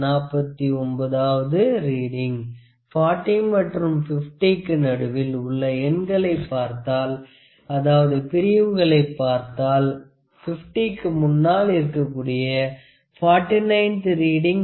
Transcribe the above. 49 த்து ரீடிங் 40 மற்றும் 50 க்கு நடுவில் உள்ள எண்களை பார்த்தால் அதாவது பிரிவுகளை பார்த்தால் 50 க்கு முன்னாள் இருக்கக்கூடிய 49 த்து ரீடிங்